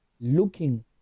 looking